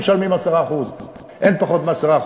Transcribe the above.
משלמים 10%. אין פחות מ-10%.